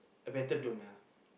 better don't ah